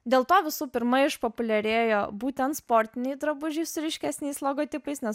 dėl to visų pirma išpopuliarėjo būtent sportiniai drabužiai su ryškesniais logotipais nes